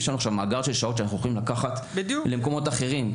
יש לנו מאגר של שעות שאנחנו יכולים לקחת למקומות אחרים.